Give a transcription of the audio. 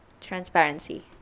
transparency